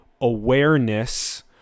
awareness